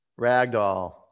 Ragdoll